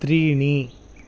त्रीणि